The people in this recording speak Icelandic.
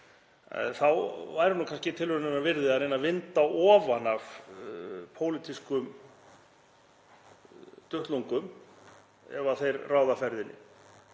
þá væri kannski tilraunarinnar virði að reyna að vinda ofan af pólitískum duttlungum, ef þeir ráða ferðinni.